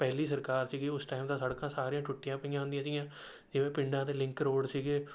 ਪਹਿਲੀ ਸਰਕਾਰ ਸੀਗੀ ਉਸ ਟਾਈਮ ਤਾਂ ਸੜਕਾਂ ਸਾਰੀਆਂ ਟੁੱਟੀਆਂ ਪਈਆਂ ਹੁੰਦੀਆਂ ਸੀਗੀਆਂ ਜਿਵੇਂ ਪਿੰਡਾਂ ਦੇ ਲਿੰਕ ਰੋਡ ਸੀਗੇ